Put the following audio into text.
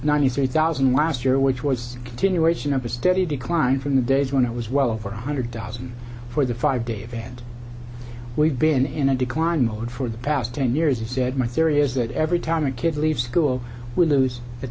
ninety thousand last year which was continuation of a steady decline from the days when it was well over one hundred thousand for the five day event we've been in a decline mode for the past ten years he said my theory is that every time a kid leaves school we lose the